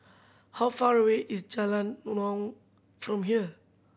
how far away is Jalan Naung from here